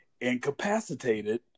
incapacitated